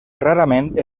rarament